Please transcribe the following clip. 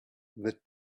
the